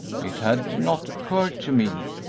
it had not occurred to me,